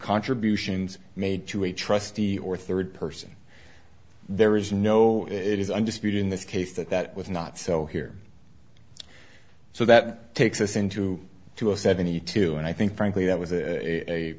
contributions made to a trustee or third person there is no it is undisputed in this case that that was not so here so that takes us into to a seventy two and i think frankly that was a a